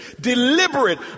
deliberate